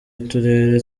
y’uturere